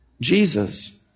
Jesus